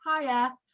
hiya